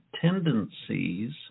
tendencies